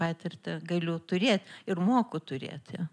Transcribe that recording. patirtį galiu turėt ir moku turėti